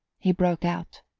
he broke out,